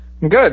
Good